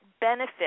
benefit